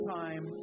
time